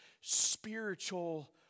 spiritual